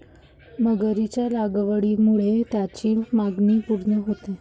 मगरीच्या लागवडीमुळे त्याची मागणी पूर्ण होते